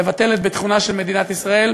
לבטל את ביטחונה של מדינת ישראל.